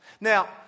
Now